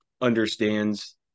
understands